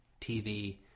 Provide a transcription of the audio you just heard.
TV